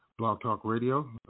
blogtalkradio